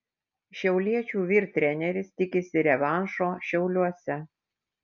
šiauliečių vyr treneris tikisi revanšo šiauliuose